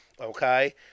okay